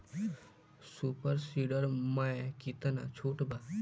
Super seeder मै कितना छुट बा?